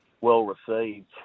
well-received